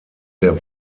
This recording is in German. der